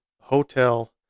Hotel